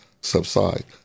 subside